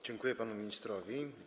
Dziękuję panu ministrowi.